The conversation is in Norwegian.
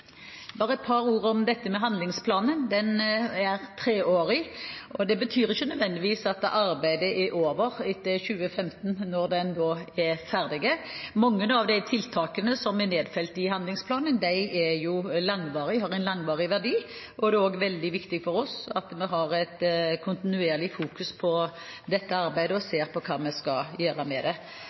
Bare et par ord om dette med handlingsplanen: Den er treårig, men det betyr ikke nødvendigvis at arbeidet er over etter 2015, når den er ferdig. Mange av de tiltakene som er nedfelt i handlingsplanen, er langvarige og har en langvarig verdi, og det er også veldig viktig for oss at vi har et kontinuerlig fokus på dette arbeidet og ser på hva vi skal gjøre med det.